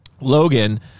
logan